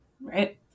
Right